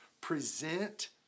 Present